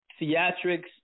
theatrics